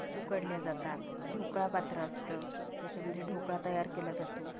उकडल्या जातात ढोकळा पात्र असतं त्याच्यामध्ये ढोकळा तयार केला जातो